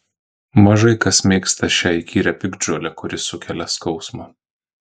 mažai kas mėgsta šią įkyrią piktžolę kuri sukelia skausmą